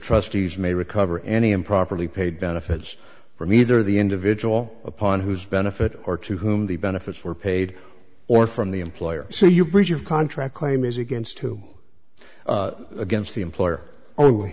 trustees may recover any improperly paid benefits from either the individual upon whose benefit or to whom the benefits were paid or from the employer so you breach of contract claim is against two against the employer o